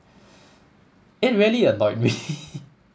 it really annoyed me